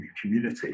community